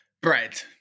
bread